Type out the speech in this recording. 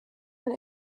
but